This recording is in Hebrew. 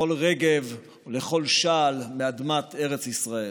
לכל רגב ולכל שעל מאדמת ארץ ישראל.